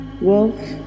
Wolf